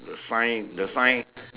the sign the sign